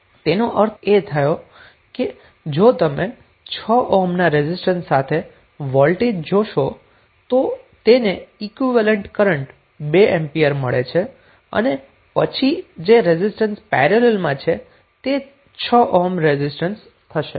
તેનો અર્થ એ થયો કે જો તમે 6 ઓહ્મ ના રેઝિસ્ટન્સ સાથે વોલ્ટેજ જોશો તો તેને ઈક્વીવેલેન્ટ કરન્ટ 2 એમ્પિયર મળે છે અને પછી જે રેઝિસ્ટન્સ પેરેલલમાં છે તે 6 ઓહ્મ રેઝિસ્ટન્સ થશે